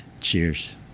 Cheers